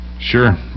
Sure